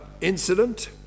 incident